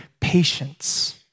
patience